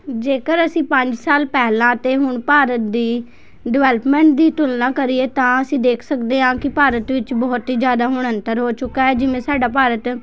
ਜੇਕਰ ਅਸੀਂ ਪੰਜ ਸਾਲ ਪਹਿਲਾਂ ਤਾਂ ਹੁਣ ਭਾਰਤ ਦੀ ਡਿਵੈਲਪਮੈਂਟ ਦੀ ਤੁਲਨਾ ਕਰੀਏ ਤਾਂ ਅਸੀਂ ਦੇਖ ਸਕਦੇ ਹਾਂ ਕਿ ਭਾਰਤ ਵਿੱਚ ਬਹੁਤ ਹੀ ਜ਼ਿਆਦਾ ਹੁਣ ਅੰਤਰ ਹੋ ਚੁੱਕਾ ਹੈ ਜਿਵੇਂ ਸਾਡਾ ਭਾਰਤ